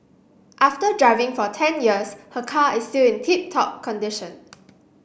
after driving for ten years her car is still in tip top condition